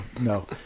No